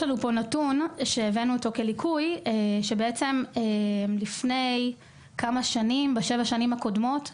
ליקוי שמצאנו: בשבע השנים הקודמות,